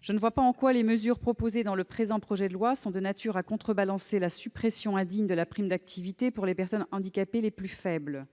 Je ne vois pas en quoi les mesures proposées dans le présent projet de loi sont de nature à contrebalancer la suppression indigne de la prime d'activité pour les personnes handicapées les plus faibles.